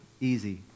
easy